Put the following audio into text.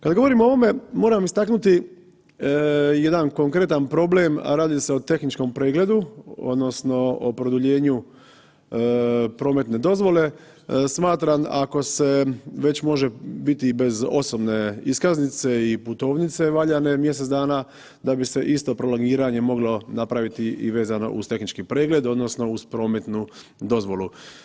Kada govorimo o ovome moram istaknuti jedan konkretan problem, a radi se o tehničkom pregledu odnosno o produljenju prometne dozvole smatram ako se već može biti i bez osobne iskaznice i putovnice mjesec dana da bi se isto prolongiranje moglo napraviti vezano uz tehnički pregled odnosno uz prometnu dozvolu.